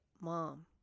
mom